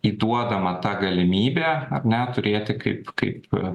įduodama tą galimybė ar ne turėti kaip kaip